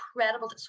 incredible